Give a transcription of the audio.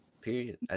period